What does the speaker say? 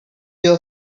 your